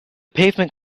pavement